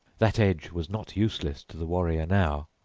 that edge was not useless to the warrior now.